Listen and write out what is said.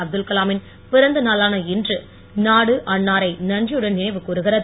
அப்துல் கலாமின் பிறந்த நாளான இன்று நாடு அன்னாரை நன்றியுடன் நினைவு கூகிறது